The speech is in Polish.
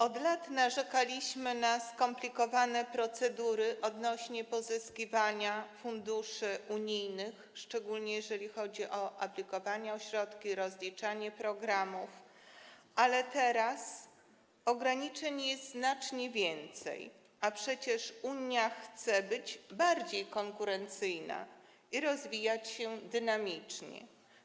Od lat narzekaliśmy na skomplikowane procedury odnośnie do pozyskiwania funduszy unijnych, szczególnie jeżeli chodzi o aplikowanie o środki i rozliczanie programów, ale teraz ograniczeń jest znacznie więcej, a przecież Unia chce być bardziej konkurencyjna i rozwijać się dynamicznie.